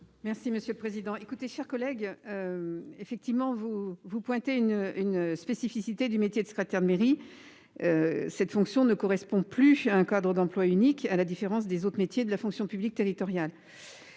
Merci Monsieur le Président et coûter cher collègue. Effectivement, vous vous pointez une une spécificité du métier de secrétaire de mairie. Cette fonction ne correspond plus un Cadre d'emplois unique à la différence des autres métiers de la fonction publique territoriale.